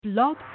Blog